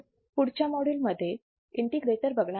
आपण पुढच्या मॉड्यूल मध्ये इंटिग्रेटर बघणार आहोत